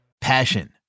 Passion